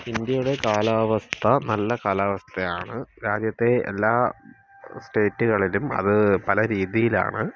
ഇന്ത്യയുടെ കാലാവസ്ഥ നല്ല കാലാവസ്ഥയാണ് രാജ്യത്തെ എല്ലാ സ്റ്റേറ്റ്കളിലും അത് പല രീതിയിലാണ്